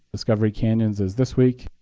discovery canyon's is this week.